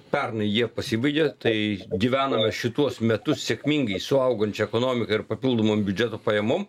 pernai jie pasibaigė tai gyvenome šituos metus sėkmingai su augančia ekonomika ir papildomom biudžeto pajamom